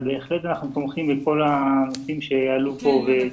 בהחלט אנחנו תומכים בכל הנושאים שעלו כאן.